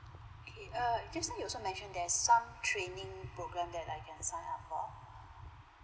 okay err just now you also mentioned there's some training program that I can sign up for